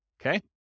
Okay